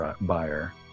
buyer